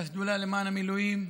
ראשי השדולה למען המילואים,